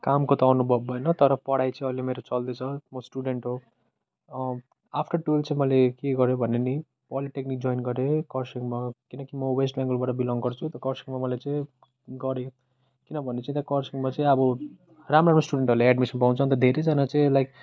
कामको त अनुभव भएन तर पढाइको चाहिँ अहिले मेरो चल्दैछ म स्टुडेन्ट हो आफ्टर ट्वेल्भ चाहिँ मैले के गरेँ भने नि पोलिटेक्निक जोइन गरेँ खरसाङमा किनकि म वेस्ट बङ्गालबाट बिलङ गर्छु त खरसाङमा मैले चाहिँ गरेँ किनभने म चाहिँ त्यहाँ खरसाङमा चाहिँ अब राम्रो राम्रो स्टुडेन्टहरूलाई एडमिसन पाउँछ के गर्छ कतिजना चाहिँ लाइक